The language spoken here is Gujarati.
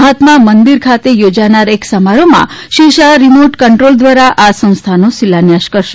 મહાત્મા મંદિર ખાતે યોજાનાર એક સમારોહમાં શ્રી શાહ રિમોર્ટ કન્ટ્રોલ દ્વારા આ સંસ્થાનો શિલાન્યાસ કરશે